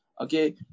okay